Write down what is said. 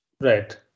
Right